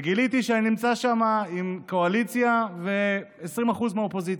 וגיליתי שאני נמצא שמה עם הקואליציה ו-20% מהאופוזיציה.